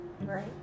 Right